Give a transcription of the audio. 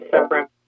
separate